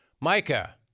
Micah